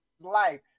life